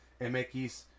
MX